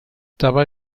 dabei